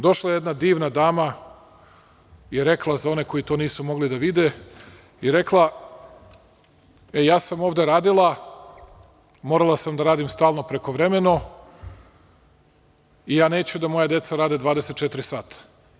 Došla je jedna divna dama i rekla, za one koji to nisu mogli da vide, rekla je – E, ja sam ovde radila, morala sam da radim stalno prekovremeno i ja neću da moja deca rade 24 sata.